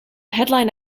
headline